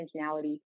intentionality